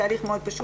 תהליך מאוד פשוט.